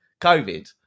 COVID